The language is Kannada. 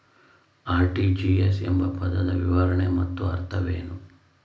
ಆರ್.ಟಿ.ಜಿ.ಎಸ್ ಎಂಬ ಪದದ ವಿವರಣೆ ಮತ್ತು ಅರ್ಥವೇನು?